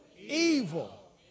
evil